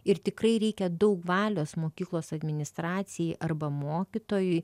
ir tikrai reikia daug valios mokyklos administracijai arba mokytojui